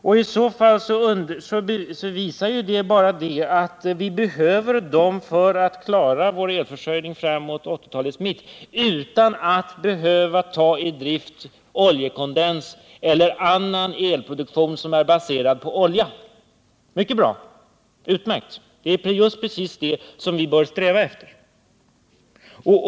Det visar att man inom centerpartiet inser att vi behöver dessa för att kunna klara vår elförsörjning framåt 1980-talets mitt utan att behöva ta i bruk oljekondens eller annan produktion som är baserad på olja. Och det är mycket bra, det är utmärkt. Det är just precis detta som vi bör sträva efter.